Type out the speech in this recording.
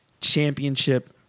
championship